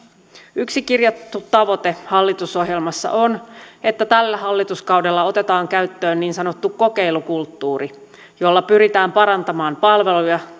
yksi kirjattu tavoite hallitusohjelmassa on että tällä hallituskaudella otetaan käyttöön niin sanottu kokeilukulttuuri jolla pyritään parantamaan palveluja